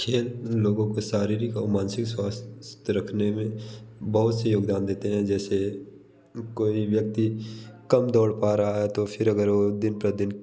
खेल लोगों को शारीरिक और मानसिक स्वस्थ रखने में बहुत से योगदान देते हैं जैसे कोई व्यक्ति कम दौड़ पा रहा है तो फिर अगर वो दिन प्रतिदिन